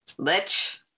Lich